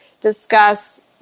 discuss